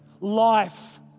life